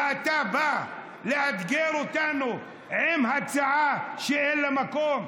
ואתה בא לאתגר אותנו עם הצעה שאין לה מקום?